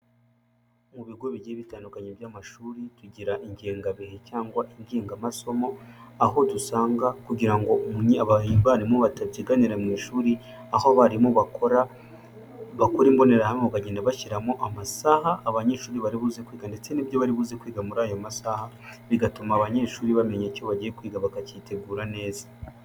Mu bigo bigiye bitandukanye by'amashuri, tugira ingengabihe cyangwa ingengamasomo, aho dusanga kugira ngo abarimu batabyiganira mu ishuri, aho abarimu bakora imbonerahamwe bakagenda bashyiramo amasaha abanyeshuri bari buze kwiga, ndetse n'ibyo bari buze kwiga muri ayo masaha, bigatuma abanyeshuri bamenya icyo bagiye kwiga bakacyitegura neza.